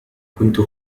كنت